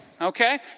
okay